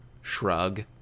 Shrug